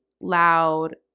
loud